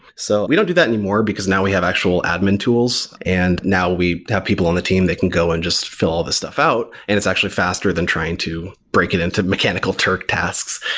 so we don't do that anymore, because now we have actual admin tools and now we have people on the team. they can go and just fill all these stuff out and it's actually faster than trying to break it into mechanical turk tasks.